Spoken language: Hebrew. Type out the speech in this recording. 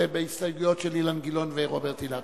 יש הסתייגות אחת של חברי הכנסת אילן גילאון ורוברט אילטוב,